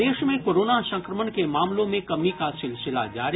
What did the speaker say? प्रदेश में कोरोना संक्रमण के मामलों में कमी का सिलसिला जारी